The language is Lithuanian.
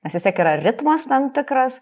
nes vis tiek yra ritmas tam tikras